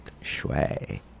shui